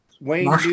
Wayne